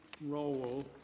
role